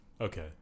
Okay